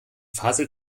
faselt